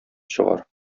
чыгар